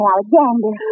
Alexander